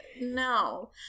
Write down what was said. no